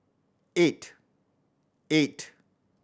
eight eight